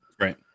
right